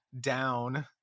down